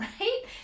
right